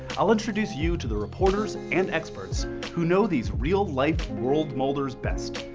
i'll introduce you to the reporters and experts who know these real like world molders best,